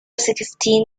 sixteen